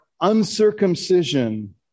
uncircumcision